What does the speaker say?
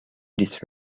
this